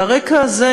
על הרקע הזה,